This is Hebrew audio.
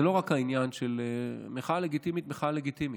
זה לא רק העניין של מחאה לגיטימית, מחאה לגיטימית.